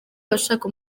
abashaka